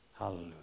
Hallelujah